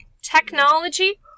technology